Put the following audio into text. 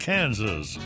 Kansas